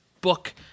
book